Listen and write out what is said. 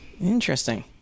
Interesting